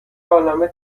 عالمه